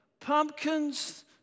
pumpkins